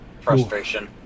Frustration